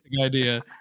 idea